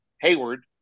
Hayward